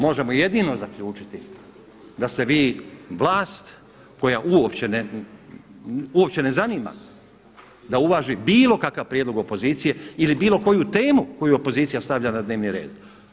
Možemo jedino zaključiti da ste vi vlast koju uopće ne zanima da uvaži bilo kakav prijedlog opozicije ili bilo koju temu koju opozicija stavlja na dnevni red.